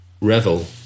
Revel